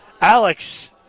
Alex